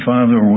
Father